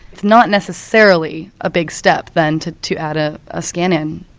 it's not necessarily a big step then to to add ah a scan in.